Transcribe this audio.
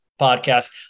podcast